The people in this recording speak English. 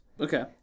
Okay